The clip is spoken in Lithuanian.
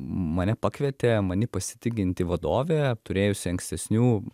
mane pakvietė manim pasitikinti vadovė turėjusi ankstesnių